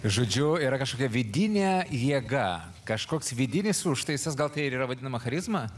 žodžiu yra kažkokia vidinė jėga kažkoks vidinis užtaisas gal tai ir yra vadinama charizma